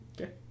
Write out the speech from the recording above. Okay